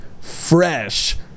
fresh